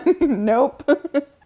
nope